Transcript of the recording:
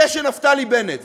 זה שנפתלי בנט,